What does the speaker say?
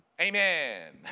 Amen